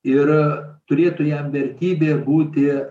ir turėtų jam vertybė būti